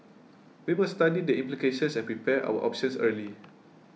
we must study the implications and prepare our options early